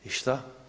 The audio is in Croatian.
I šta?